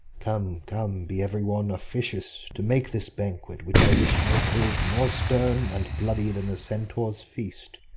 come, come, be every one officious to make this banquet, which i wish may prove more stern and bloody than the centaurs' feast.